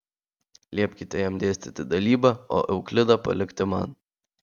liepkite jam dėstyti dalybą o euklidą palikti man